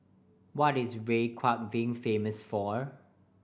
what is Reykjavik famous for